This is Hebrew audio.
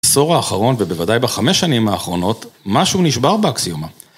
בעשור האחרון, ובוודאי בחמש שנים האחרונות, משהו נשבר באקסיומה.